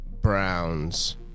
Browns